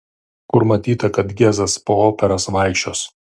kur matyta kad gezas po operas vaikščios